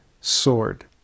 sword